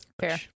Fair